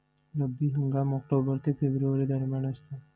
रब्बी हंगाम ऑक्टोबर ते फेब्रुवारी दरम्यान असतो